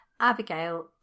Abigail